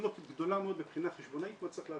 מחלוקת גדולה מאוד מבחינה חשבונאית מה צריך להציג.